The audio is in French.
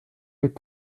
est